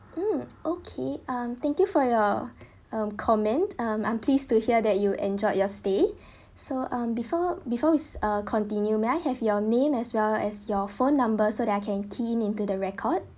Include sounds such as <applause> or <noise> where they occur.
mm okay um thank you for your <breath> um comment um I'm pleased to hear that you enjoyed your stay <breath> so um before before is uh continue may I have your name as well as your phone number so that I can key in into the record